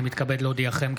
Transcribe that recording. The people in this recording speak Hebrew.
אני מתכבד להודיעכם,